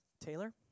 Taylor